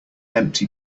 empty